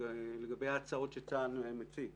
לגבי ההצעות שצה"ל מציג